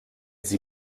sie